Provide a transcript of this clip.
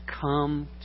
come